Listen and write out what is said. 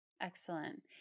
Excellent